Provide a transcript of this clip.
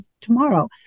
tomorrow